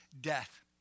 death